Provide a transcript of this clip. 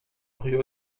rue